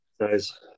guys